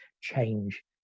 change